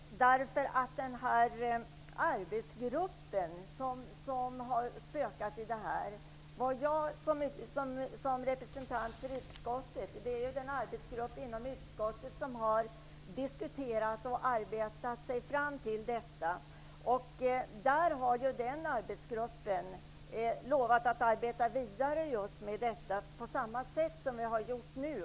En arbetsgrupp har spökat i diskussionen. Det har funnits en arbetsgrupp inom utskottet som har diskuterat och arbetat sig fram till det här. Den arbetsgruppen har lovat att arbeta vidare just med denna fråga på samma sätt som vi har gjort nu.